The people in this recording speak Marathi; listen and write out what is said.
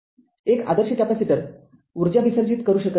एक आदर्श कॅपेसिटर उर्जा विसर्जित करू शकत नाही